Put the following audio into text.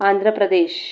Andhra Pradesh